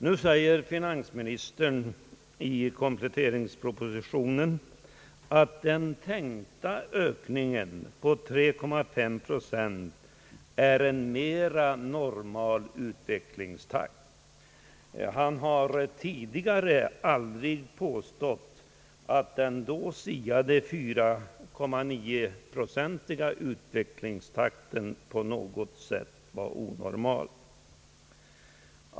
Nu säger finansministern i kompletteringspropositionen att den tänkta ökningen på 3,9 procent innebär en mera normal utvecklingstakt. Han har tidigare aldrig påstått att den då siade 4,9-procentiga ökningen på något sätt var onormal.